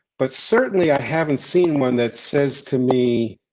but certainly, i haven't seen one that says to me.